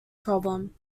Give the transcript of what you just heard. problem